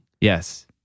Yes